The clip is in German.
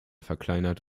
verkleinert